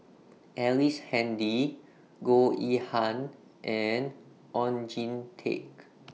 Ellice Handy Goh Yihan and Oon Jin Teik